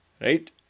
Right